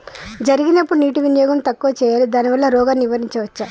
జరిగినప్పుడు నీటి వినియోగం తక్కువ చేయాలి దానివల్ల రోగాన్ని నివారించవచ్చా?